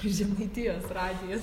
žemaitijos radijas